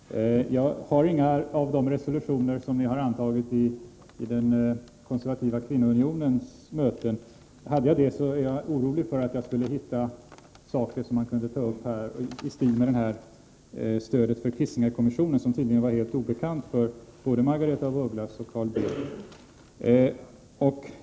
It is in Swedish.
Herr talman! Jag har inga av de resolutioner som ni har antagit vid den konservativa kvinnounionens möten, men hade jag det är jag orolig för att jag också där skulle hitta saker i stil med stödet för Kissingerkommissionen, som tydligen var helt obekant för både Margaretha af Ugglas och Carl Bildt.